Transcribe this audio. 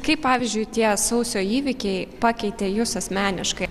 kaip pavyzdžiui tie sausio įvykiai pakeitė jus asmeniškai